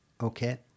Okay